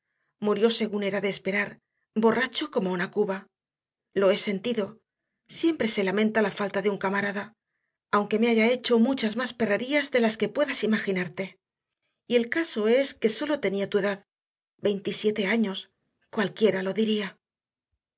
murió según era de esperar borracho como una cuba lo he sentido siempre se lamenta la falta de un camarada aunque me haya hecho muchas más perrerías de las que puedas imaginarte y el caso es que sólo tenía tu edad veintisiete años cualquiera lo diría